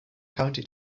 county